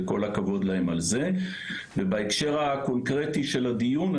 בכל הכבוד להם על זה ובהקשר הקונקרטי של הדיון,